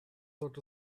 sort